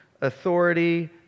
authority